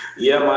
yeah, my